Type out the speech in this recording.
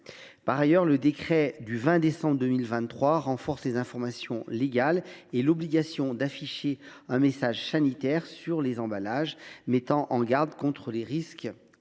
Par ailleurs, le décret du 20 décembre 2023 renforce les informations légales et l’obligation d’afficher un message sanitaire sur les emballages mettant en garde contre les risques